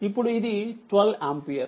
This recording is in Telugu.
ఇప్పుడు ఇది 12 ఆంపియర్